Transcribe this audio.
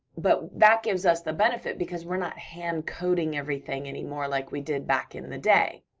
but, that gives us the benefit because we're not hand-coding everything anymore like we did back in the day.